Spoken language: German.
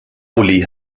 uli